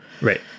Right